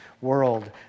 world